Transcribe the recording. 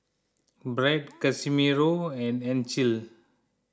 Brandt Casimiro and Ancil